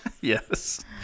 Yes